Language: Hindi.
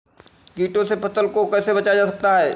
कीटों से फसल को कैसे बचाया जा सकता है?